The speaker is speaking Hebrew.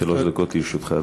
שלוש דקות לרשותך.